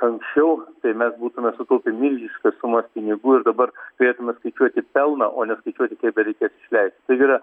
anksčiau tai mes būtume sutaupę milžiniškas sumas pinigų ir dabar turėtume skaičiuoti pelną o ne skaičiuoti kiek dar reikės išleist tai yra